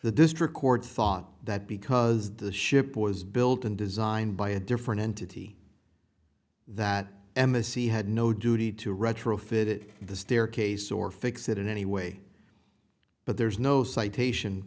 the district court thought that because the ship was built and designed by a different entity that embassy had no duty to retrofit the staircase or fix it in any way but there's no citation